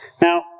Now